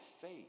faith